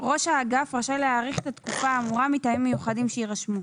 ראש האגף רשאי להאריך את התקופה האמורה מטעמים מיוחדים שיירשמו.